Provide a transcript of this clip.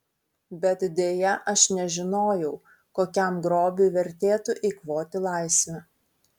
bet deja aš nežinojau kokiam grobiui vertėtų eikvoti laisvę